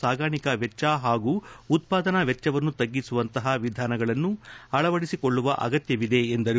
ಸಾಗಾಣಿಕಾ ವೆಚ್ಚ ಹಾಗೂ ಉತ್ಪಾದನಾ ವೆಚ್ಚವನ್ನು ತಗ್ಗಿಸುವಂತಹ ವಿಧಾನಗಳನ್ನು ಅಳವಡಿಸಿಕೊಳ್ಳುವ ಅಗತ್ಯ ಇದೆ ಎಂದರು